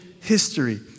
history